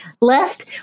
left